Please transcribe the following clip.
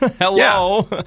Hello